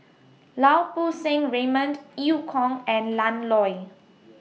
Lau Poo Seng Raymond EU Kong and Ian Loy